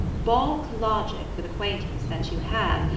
balk logic with acquaintance that you have,